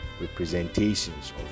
representations